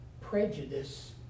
prejudice